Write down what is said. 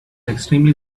extremely